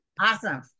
awesome